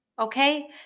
Okay